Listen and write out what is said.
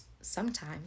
sometime